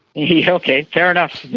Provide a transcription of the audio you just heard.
yeah okay, fair enough,